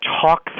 talk